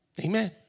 Amen